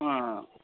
अँ